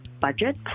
budget